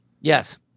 Yes